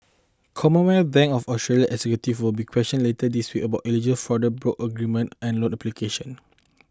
Commonwealth Bank of Australia executive will be questioned later this week about alleged fraud broke arrangements and loan application